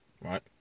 right